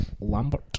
Lambert